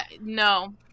No